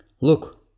Look